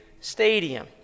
stadium